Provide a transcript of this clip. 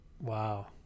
wow